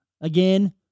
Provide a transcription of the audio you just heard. again